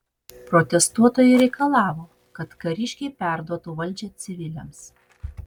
protestuotojai reikalavo kad kariškiai perduotų valdžią civiliams